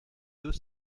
deux